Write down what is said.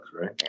right